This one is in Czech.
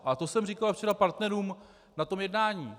A to jsem říkal včera partnerům na tom jednání.